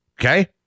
Okay